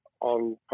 on